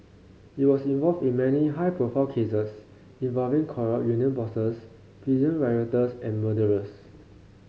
he was involved in many high profile cases involving corrupt union bosses prison rioters and murderers